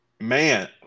Man